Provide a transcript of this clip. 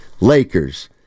Lakers